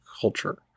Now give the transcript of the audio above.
culture